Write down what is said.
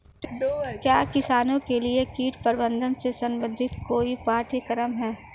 क्या किसानों के लिए कीट प्रबंधन से संबंधित कोई पाठ्यक्रम है?